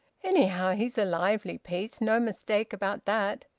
anyhow, he's a lively piece no mistake about that!